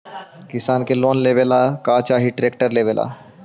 किसान के लोन लेबे ला का चाही ट्रैक्टर लेबे ला?